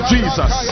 Jesus